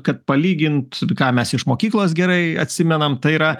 kad palygint ką mes iš mokyklos gerai atsimenam tai yra